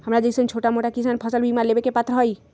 हमरा जैईसन छोटा मोटा किसान फसल बीमा लेबे के पात्र हई?